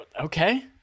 Okay